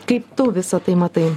kaip tu visa tai matai